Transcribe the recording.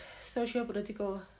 socio-political